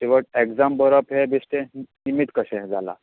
कित्याक एग्जाम बरोवप त्या दुश्टीन निमीत कशें जाला